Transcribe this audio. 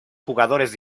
jugadores